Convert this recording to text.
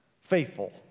Faithful